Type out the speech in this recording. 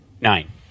nine